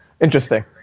interesting